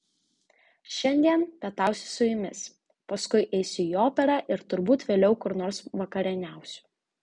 šiandien pietausiu su jumis paskui eisiu į operą ir turbūt vėliau kur nors vakarieniausiu